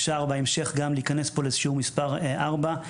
אפשר בהמשך גם להיכנס פה לאיזשהו מספר ארבע,